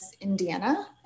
Indiana